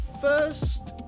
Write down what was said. first